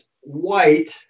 white